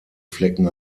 flecken